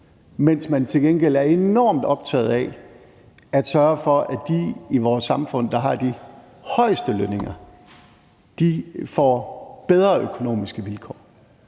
mens man til gengæld er enormt optaget af at sørge for, at de i vores samfund, der har de højeste lønninger, får bedre økonomiske vilkår.